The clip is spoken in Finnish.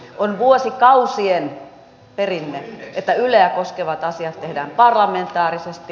on vuosikausien perinne että yleä koskevat asiat tehdään parlamentaarisesti